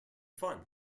fun